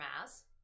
mass